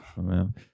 man